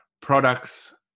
products